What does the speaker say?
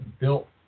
built